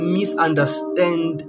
misunderstand